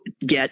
get